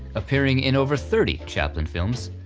appearing in over thirty chaplin films,